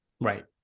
Right